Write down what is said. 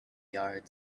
yard